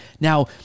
now